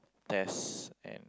test and